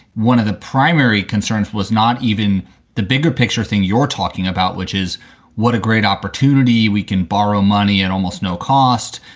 one of the primary concerns was not even the bigger picture thing you're talking about, which is what a great opportunity we can borrow money at and almost no cost.